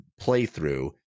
playthrough